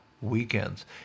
weekends